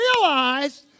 realized